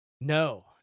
No